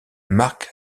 mark